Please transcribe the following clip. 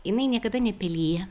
jinai niekada nepelija